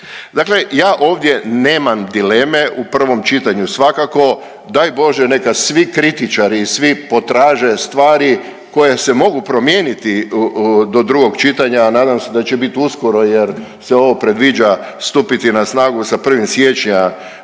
Dakle, ja ovdje nemam dileme u prvom čitanju svakako. Daj bože neka svi kritičari i svi potraže stvari koje se mogu promijeniti do drugog čitanja, a nadam se da će bit uskoro, jer se ovo predviđa stupiti na snagu sa 1. siječnja